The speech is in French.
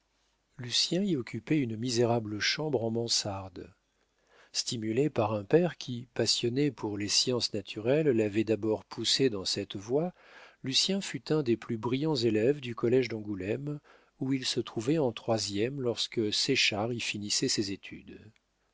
laboratoire lucien y occupait une misérable chambre en mansarde stimulé par un père qui passionné pour les sciences naturelles l'avait d'abord poussé dans cette voie lucien fut un des plus brillants élèves du collége d'angoulême où il se trouvait en troisième lorsque séchard y finissait ses études